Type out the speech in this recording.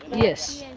yes.